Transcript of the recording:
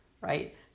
right